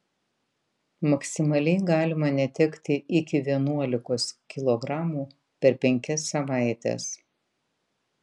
maksimaliai galima netekti iki vienuolikos kilogramų per penkias savaites